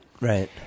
Right